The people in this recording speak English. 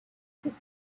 could